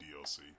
DLC